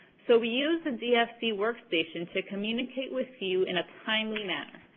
so, we use the dfc workstation to communicate with you in a timely manner.